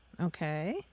Okay